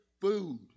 food